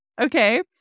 okay